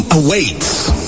awaits